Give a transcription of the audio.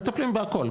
מטפלים בהכל,